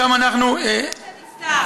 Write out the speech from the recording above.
שם זה נפתר.